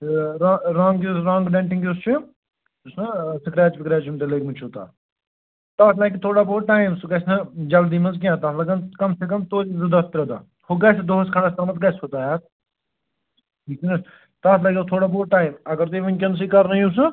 تہٕ رَنٛگ یُس رَنٛگ ڈیٚنٹِنٛگ یۄس چھِ یہِ چھُنَہ سٕکریچ وٕکریچ یِم تۄہہِ لٔگمٕتۍ چھُو تَتھ تَتھ لَگہِ تھوڑا بہت ٹایِم سُہ گژھہِ نہٕ جلدی منٛز کیٚنٛہہ تَتھ لَگَن کَم سے کَم توتہِ زٕ دۄہ ترٛےٚ دۄہ ہُہ گژھہِ دۄہَس کھنٛڈَس تامَتھ گژھہِ سُہ تیار ٹھیٖک چھُنَہ تَتھ لَگیو تھوڑا بہت ٹایِم اَگر تُہۍ وُنکٮ۪ن سٕے کَرنٲیِو سُہ